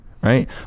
right